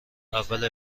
اول